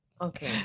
Okay